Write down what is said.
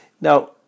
Now